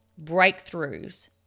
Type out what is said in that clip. breakthroughs